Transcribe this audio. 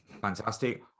Fantastic